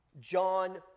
John